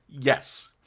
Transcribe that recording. Yes